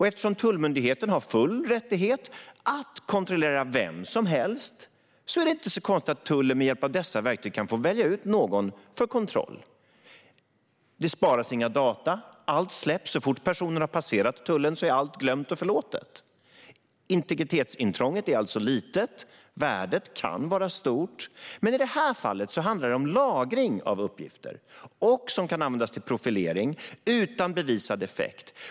Eftersom Tullmyndigheten har full rättighet att kontrollera vem som helst är det inte så konstigt att tullen med hjälp av dessa verktyg kan få välja ut någon för kontroll. Det sparas inga data. Så fort personen har passerat tullen är allt glömt och förlåtet. Integritetsintrånget är alltså litet. Värdet kan vara stort. Men i det här fallet handlar det om lagring av uppgifter och som kan användas till profilering utan bevisad effekt.